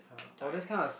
die